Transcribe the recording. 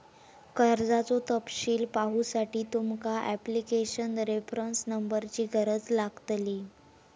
कर्जाचो तपशील पाहुसाठी तुमका ॲप्लीकेशन रेफरंस नंबरची गरज लागतली